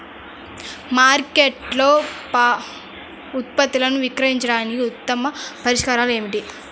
మార్కెట్లో పాడైపోయే ఉత్పత్తులను విక్రయించడానికి ఉత్తమ పరిష్కారాలు ఏమిటి?